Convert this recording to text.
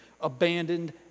abandoned